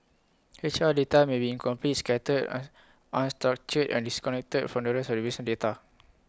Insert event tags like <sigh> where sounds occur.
H R data may be incomplete scattered <unintelligible> on unstructured and disconnected from the rest of the recent data